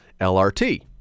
LRT